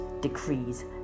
decrees